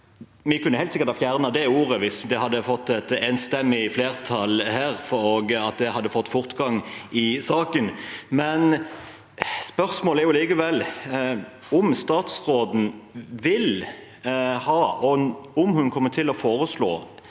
Vi kunne helt sikkert ha fjernet det ordet hvis det da hadde blitt enstemmig, eller flertall for det, og vi hadde fått fortgang i saken. Spørsmålet er likevel om statsråden vil ha, og om hun kommer til å foreslå,